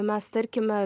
mes tarkime